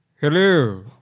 Hello